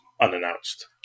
unannounced